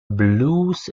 blues